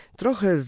trochę